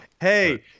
Hey